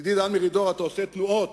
ידידי דן מרידור, אתה עושה תנועות,